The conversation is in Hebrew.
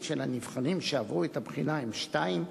של הנבחנים שעברו את הבחינה הן שתיים.